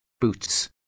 boots